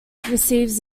receives